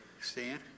stand